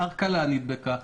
והכלה נדבקה,